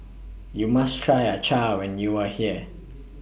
YOU must Try Acar when YOU Are here